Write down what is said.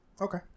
Okay